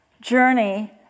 journey